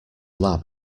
lab